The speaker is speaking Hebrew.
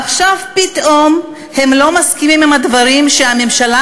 עכשיו פתאום הם לא מסכימים עם הדברים שהממשלה